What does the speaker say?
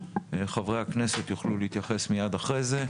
חברי הכנסת יוכלו להתייחס מיד אחרי זה,